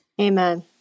Amen